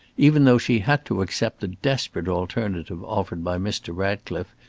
even though she had to accept the desperate alternative offered by mr. ratcliffe,